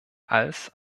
als